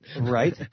Right